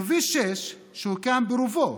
בכביש 6, שהוקם ברובו,